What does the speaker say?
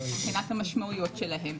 בחינת המשמעויות שלהם.